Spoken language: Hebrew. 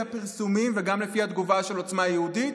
לפי הפרסומים וגם לפי התגובה של עוצמה יהודית,